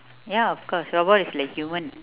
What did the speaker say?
ya of course robot is like human